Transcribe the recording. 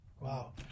wow